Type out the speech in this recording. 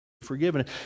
forgiven